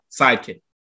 sidekick